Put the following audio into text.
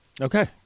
Okay